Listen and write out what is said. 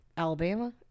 Alabama